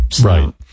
Right